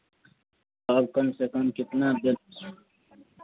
और कम से कम कितना दें